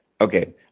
Okay